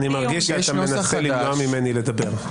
--- אני מרגיש שאתה מנסה למנוע ממני לדבר.